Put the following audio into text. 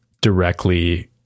directly